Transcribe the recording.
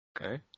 Okay